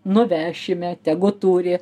nuvešime tegu turi